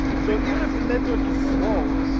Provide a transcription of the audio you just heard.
so even if the network is slow,